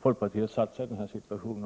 folkpartiet har försatt sig i den här situationen.